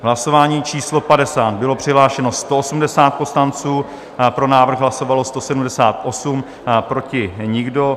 V hlasování číslo 50 bylo přihlášeno 180 poslanců, pro návrh hlasovalo 178, proti nikdo.